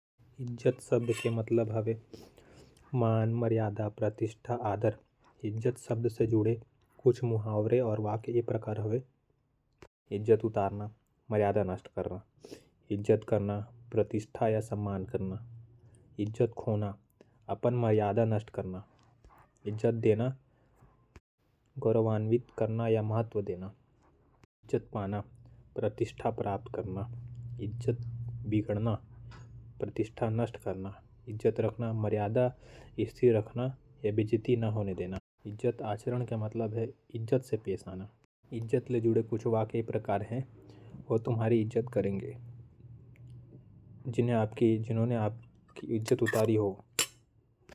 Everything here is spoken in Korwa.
इज़्ज़त का मतलब है मान, सम्मान, प्रतिष्ठा, या आदर। उदाहरण कुछ ये प्रकार होयल। इज़्ज़तदार इज़्ज़त रखने वाला। इज़्ज़त उतारना मर्यादा नष्ट करना। इज़्ज़त करना प्रतिष्ठा या सम्मान करना। इज़्ज़त खोना अपनी मर्यादा नष्ट करना। इज़्ज़त देना गौरवान्वित करना या महत्व बढ़ाना। इज़्ज़त पाना प्रतिष्ठा प्राप्त करना। इज़्ज़त बिगाड़ना प्रतिष्ठा नष्ट करना। इज़्ज़त रखना मर्यादा स्थिर रखना।